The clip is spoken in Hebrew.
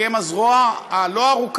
כי הם הזרוע הלא-ארוכה,